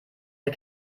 der